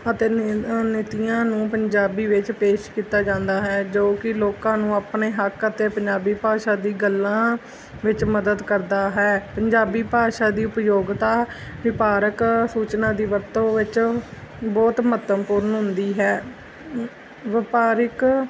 ਅਤੇ ਨੀ ਨੀਤੀਆਂ ਨੂੰ ਪੰਜਾਬੀ ਵਿੱਚ ਪੇਸ਼ ਕੀਤਾ ਜਾਂਦਾ ਹੈ ਜੋ ਕਿ ਲੋਕਾਂ ਨੂੰ ਆਪਣੇ ਹੱਕ ਅਤੇ ਪੰਜਾਬੀ ਭਾਸ਼ਾ ਦੀ ਗੱਲਾਂ ਵਿੱਚ ਮਦਦ ਕਰਦਾ ਹੈ ਪੰਜਾਬੀ ਭਾਸ਼ਾ ਦੀ ਉਪਯੋਗਤਾ ਵਪਾਰਿਕ ਸੂਚਨਾ ਦੀ ਵਰਤੋਂ ਵਿੱਚ ਬਹੁਤ ਮਹੱਤਵਪੂਰਨ ਹੁੰਦੀ ਹੈ ਵਪਾਰਿਕ